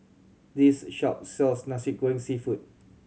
this shop sells Nasi Goreng Seafood